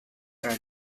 are